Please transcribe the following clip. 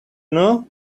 know